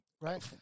right